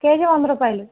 KG వంద రూపాయలు